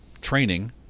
training